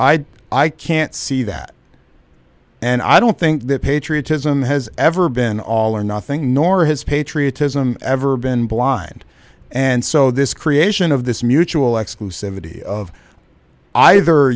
race i can't see that and i don't think that patriotism has ever been all or nothing nor his patriotism ever been blind and so this creation of this mutual exclusivity of either